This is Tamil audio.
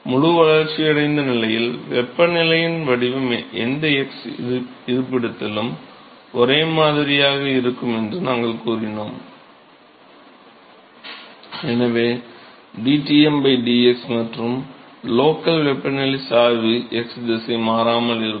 முழு வளர்ச்சியடைந்த நிலையில் வெப்பநிலையின் வடிவம் எந்த x இருப்பிடத்திலும் ஒரே மாதிரியாக இருக்கும் என்று நாங்கள் கூறினோம் எனவே dTm dx மற்றும் லோக்கல் வெப்பநிலை சாய்வு x திசை மாறாமல் இருக்கும்